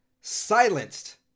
silenced